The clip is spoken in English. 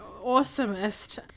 awesomest